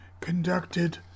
conducted